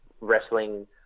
wrestling